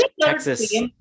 Texas